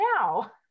now